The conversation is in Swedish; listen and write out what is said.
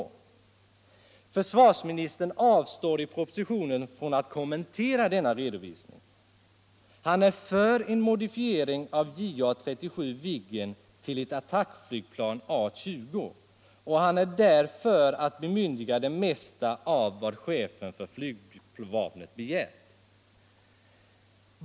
Försvarsministern avstår i propositionen från att kommentera denna redovisning. Han är för en modifiering av JA 37 Viggen till ett attackflygplan A 20, och han är därvidlag för att godta det mesta av vad chefen för flygvapnet begär.